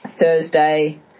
Thursday